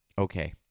Okay